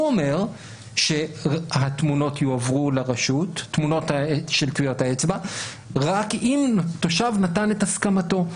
אומר שתמונות של טביעות האצבע יועברו לרשות רק אם תושב נתן את הסכמתו.